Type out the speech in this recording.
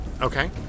Okay